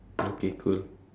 okay cool